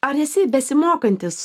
ar esi besimokantis